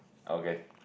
okay